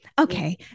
okay